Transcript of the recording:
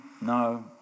No